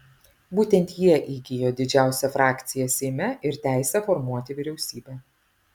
būtent jie įgijo didžiausią frakciją seime ir teisę formuoti vyriausybę